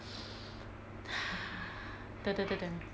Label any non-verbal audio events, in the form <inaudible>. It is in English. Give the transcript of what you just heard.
<breath> the the the then